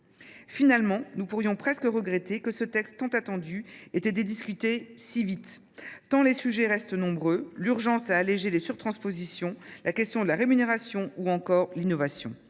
Finalement, nous pourrions presque regretter que ce texte tant attendu ait été discuté si vite tant les sujets restent nombreux : l’urgence à alléger les surtranspositions, la question de la rémunération ou encore l’innovation.